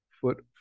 foot